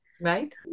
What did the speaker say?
Right